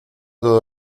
todo